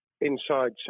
inside